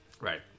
Right